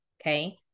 Okay